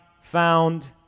found